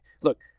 Look